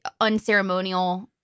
unceremonial